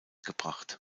gebracht